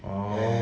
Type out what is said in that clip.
orh